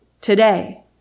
today